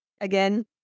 again